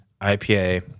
ipa